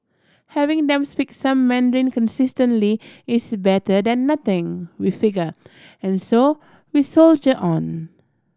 having them speak some Mandarin consistently is better than nothing we figure and so we soldier on